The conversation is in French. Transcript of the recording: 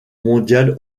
mondial